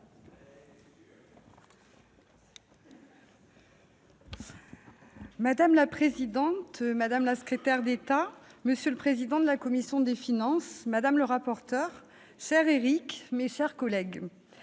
Madame la présidente, madame la secrétaire d'État, monsieur le président de la commission des finances, monsieur le rapporteur général, mes chers collègues,